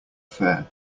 fare